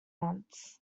months